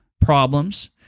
problems